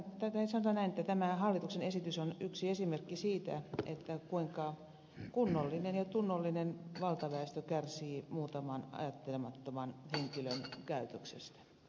sanotaan näin että tämä hallituksen esitys on yksi esimerkki siitä kuinka kunnollinen ja tunnollinen valtaväestö kärsii muutaman ajattelemattoman henkilön käytöksestä